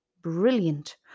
Brilliant